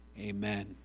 Amen